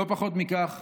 לא פחות מכך,